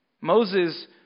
Moses